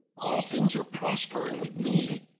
all things are prospering with me,